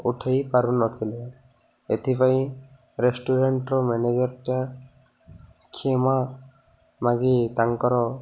ଉଠେଇ ପାରୁନଥିଲେ ଏଥିପାଇଁ ରେଷ୍ଟୁରାଣ୍ଟ୍ର ମ୍ୟାନେଜର୍ଟା କ୍ଷମା ମାଗି ତାଙ୍କର